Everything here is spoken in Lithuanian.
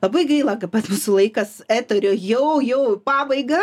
labai gaila ka pas mūsų laikas eterio jau jau į pabaigą